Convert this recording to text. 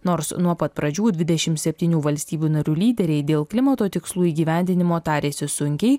nors nuo pat pradžių dvidešim septynių valstybių narių lyderiai dėl klimato tikslų įgyvendinimo tarėsi sunkiai